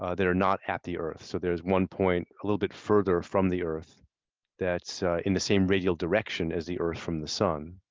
ah that are not at the everything. so there's one point a little bit further from the earth that's in the same raidial direction as the earth from the sun.